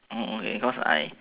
okay cause I